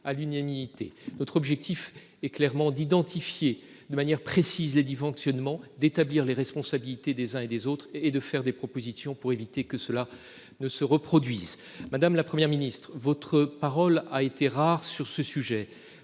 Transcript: y faisions. Notre objectif était d'identifier de manière précise les dysfonctionnements, d'établir les responsabilités des uns et des autres et de faire des propositions pour éviter que cette situation ne se reproduise. Madame la Première ministre, votre parole a été rare sur ce sujet.